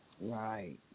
Right